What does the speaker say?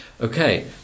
Okay